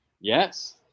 yes